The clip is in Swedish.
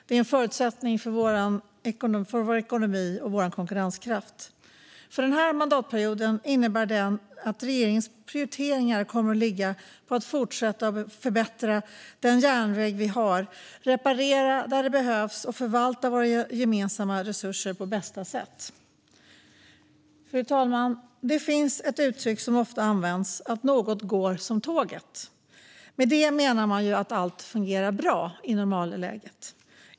Det är en förutsättning för vår ekonomi och konkurrenskraft. Den här mandatperioden prioriterar regeringen att fortsätta förbättra järnvägen, reparera där det behövs och förvalta våra gemensamma resurser på bästa sätt. Fru talman! Det finns ett uttryck som ofta används: att något går som tåget. Med det menar man ju att allt fungerar bra i normalläget.